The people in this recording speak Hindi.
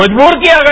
मजबूर किया गया